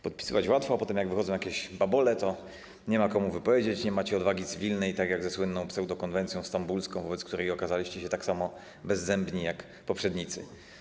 Podpisywać łatwo, a potem jak wychodzą jakieś babole, to nie ma komu wypowiedzieć, nie macie odwagi cywilnej, tak jak ze słynną pseudokonwencją stambulską, wobec której okazaliście się tak samo bezzębni jak poprzednicy.